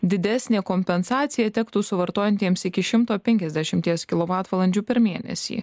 didesnė kompensacija tektų suvartojantiems iki šimto penkiasdešimties kilovatvalandžių per mėnesį